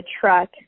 truck